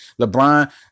LeBron